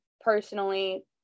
personally